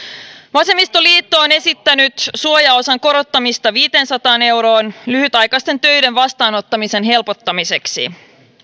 vasemmistoliitto on esittänyt suojaosan korottamista viiteensataan euroon lyhytaikaisten töiden vastaanottamisen helpottamiseksi